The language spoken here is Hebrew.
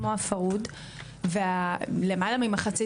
כמו הפרהוד ולמעלה ממחצית,